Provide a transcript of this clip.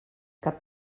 cap